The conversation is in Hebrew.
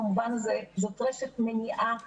במובן הזה זאת רשת מניעה רחבה.